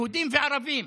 יהודים וערבים.